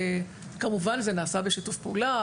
כמובן זה נעשה בשיתוף פעולה,